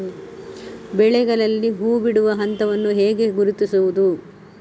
ಬೆಳೆಗಳಲ್ಲಿ ಹೂಬಿಡುವ ಹಂತವನ್ನು ಹೇಗೆ ಗುರುತಿಸುವುದು?